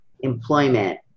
employment